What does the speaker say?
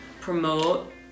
promote